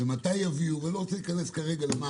ומתי יביאו ואני לא רוצה להיכנס כרגע למה